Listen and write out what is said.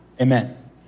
Amen